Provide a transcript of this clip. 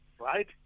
right